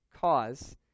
cause